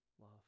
love